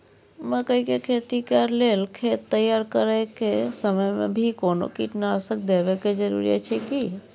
मकई के खेती कैर लेल खेत तैयार करैक समय मे भी कोनो कीटनासक देबै के जरूरी अछि की?